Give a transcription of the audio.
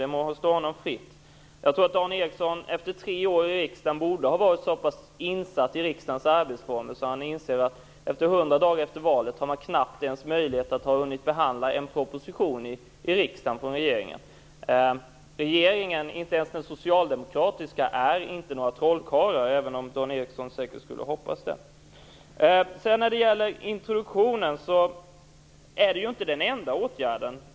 Dan Ericsson borde efter tre år i riksdagen ha varit så pass insatt i riksdagens arbetsformer att han inser att man 100 dagar efter valet knappt ens har hunnit behandla en proposition från regeringen till riksdagen. Inte ens den socialdemokratiska regeringens ledamöter är några trollkarlar, även om Dan Ericsson skulle hoppas det. Vad sedan gäller ungdomsintroduktionen vill jag säga att denna inte är den enda åtgärden.